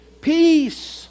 peace